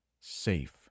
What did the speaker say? safe